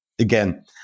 Again